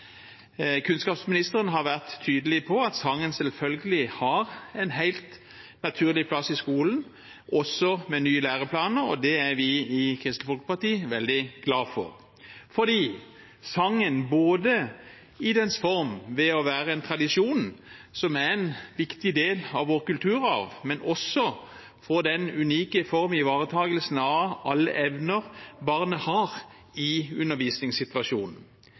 Kunnskapsministeren har vært tydelig på at sang selvfølgelig har en helt naturlig plass i skolen – også med nye læreplaner. Det er vi i Kristelig Folkeparti veldig glade for fordi sang, både i sin form, ved å være en tradisjon og en viktig del av vår kulturarv, og også ved den unike formen ivaretar alle evner barnet har i undervisningssituasjonen.